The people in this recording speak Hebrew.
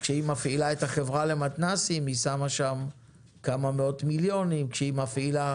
כשהיא מפעילה את החברה למתנ"סים היא שמה שם כמה מאות מיליוני שקלים,